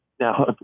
now